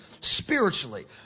spiritually